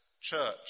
church